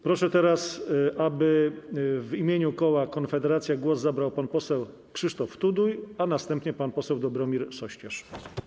Proszę teraz, aby w imieniu koła Konfederacja głos zabrał pan poseł Krzysztof Tuduj, a następnie pan poseł Dobromir Sośnierz.